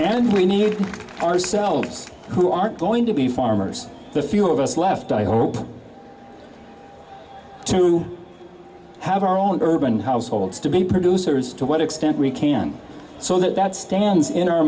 and we need ourselves who aren't going to be farmers the few of us left i hope to have our own urban households to be producers to what extent we can so that that stands in our